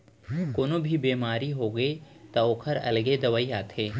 कोनो भी बेमारी होगे त ओखर अलगे दवई आथे